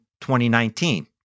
2019